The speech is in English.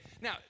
Now